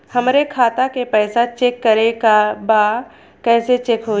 हमरे खाता के पैसा चेक करें बा कैसे चेक होई?